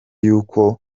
y’uko